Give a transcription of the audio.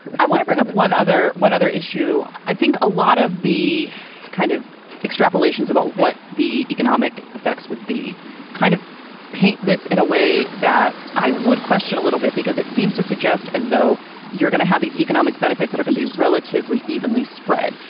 i wouldn't bring up one other one other issue. i think a lot of the kind of extrapolations about what the economic effects would be kind of paint this in a way that i would question a little bit, because it seems to suggest as though you're going to have these economic benefits that can be relatively evenly spread.